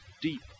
deep